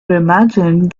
imagined